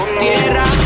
tierra